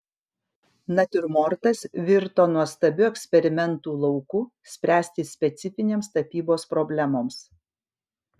natiurmortas virto nuostabiu eksperimentų lauku spręsti specifinėms tapybos problemoms